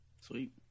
sweet